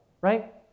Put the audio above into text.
right